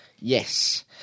yes